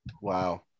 Wow